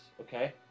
okay